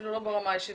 אפילו לא ברמה האישית,